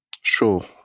Sure